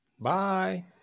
Bye